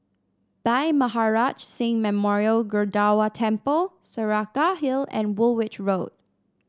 Bhai Maharaj Singh Memorial Gurdwara Temple Saraca Hill and Woolwich Road